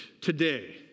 today